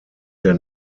der